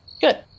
good